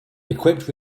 equipped